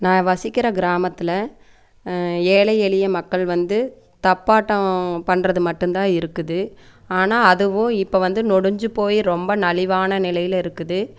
நான் வசிக்கிற கிராமத்தில் ஏழை எளிய மக்கள் வந்து தப்பாட்டம் பண்ணுறது மட்டும்தான் இருக்குது ஆனால் அதுவும் இப்போ வந்து நொடிஞ்சு போய் ரொம்ப நலிவான நிலையில இருக்குது